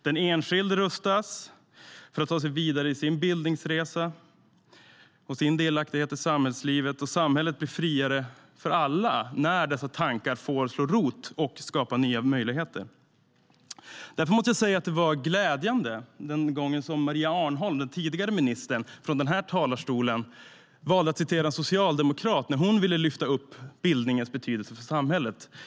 Den enskilde rustas för att ta sig vidare i sin bildningsresa och sin delaktighet i samhällslivet, och samhället blir friare för alla när dessa tankar får slå rot och skapa nya möjligheter. Därför var det glädjande när den tidigare ministern Maria Arnholm i den här talarstolen valde att citera en socialdemokrat när hon ville lyfta upp bildningens betydelse för samhället.